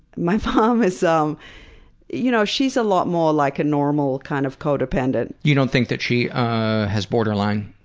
my mom is, um you know she's a lot more like a normal kind of codependent. you don't think that she has borderline?